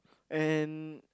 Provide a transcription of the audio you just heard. and